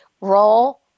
role